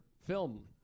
film